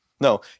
No